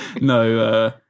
No